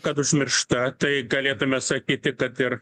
kad užmiršta tai galėtume sakyti kad ir